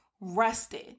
rested